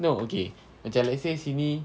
no okay macam let's say sini